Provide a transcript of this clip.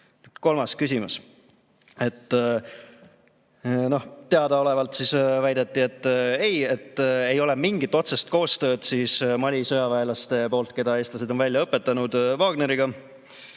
Kolmas küsimus. Teadaolevalt, väideti, ei ole mingit otsest koostööd Mali sõjaväelastel, keda eestlased on välja õpetanud, Wagneriga.